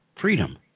freedom